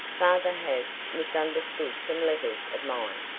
father has misunderstood some letters of mine.